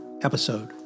episode